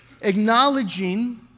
acknowledging